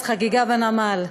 אז חגיגה בנמל,